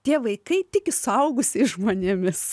tie vaikai tiki suaugusiais žmonėmis